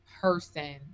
person